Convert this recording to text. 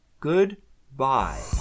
Goodbye